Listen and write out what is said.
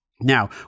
Now